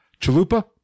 Chalupa